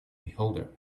beholder